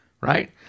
right